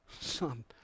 Son